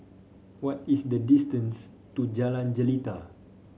what is the distance to Jalan Jelita